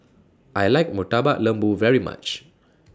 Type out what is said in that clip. I like Murtabak Lembu very much